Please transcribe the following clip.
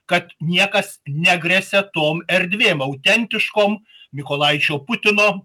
kad niekas negresia tom erdvėm autentiškom mykolaičio putino